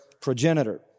progenitor